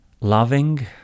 loving